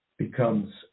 becomes